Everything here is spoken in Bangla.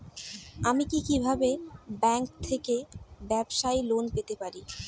আমি কি কিভাবে ব্যাংক থেকে ব্যবসায়ী লোন পেতে পারি?